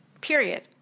period